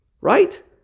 Right